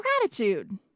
gratitude